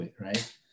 right